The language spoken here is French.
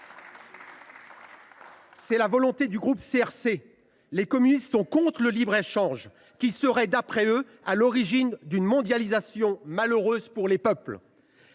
est la volonté du groupe CRCE K, car les communistes sont contre le libre échange, qui serait, d’après eux, à l’origine d’une « mondialisation malheureuse » pour les peuples.